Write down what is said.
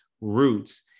roots